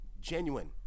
genuine